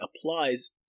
applies